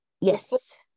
Yes